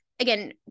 again